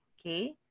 okay